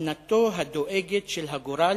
מתנתו הדואגת של הגורל,